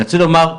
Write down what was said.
אני רוצה לומר,